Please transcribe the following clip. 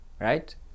right